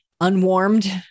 unwarmed